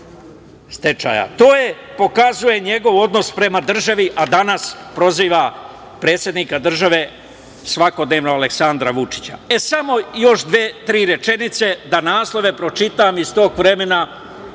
To pokazuje njegov odnos prema državi, a danas proziva predsednika države, svakodnevno, Aleksandra Vučića. Samo još dve, tri rečenice, da naslove pročitam iz tog vremena